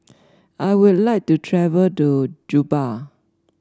I would like to travel to Juba